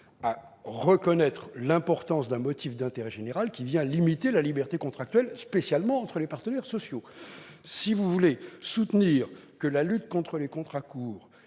à reconnaître l'importance d'un motif d'intérêt général qui vient limiter la liberté contractuelle, spécialement entre les partenaires sociaux. Si vous voulez soutenir que la lutte contre les contrats courts